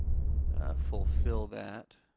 ah fulfill that.